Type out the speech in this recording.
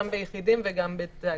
גם ביחידים וגם בתאגידים.